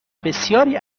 بسیاری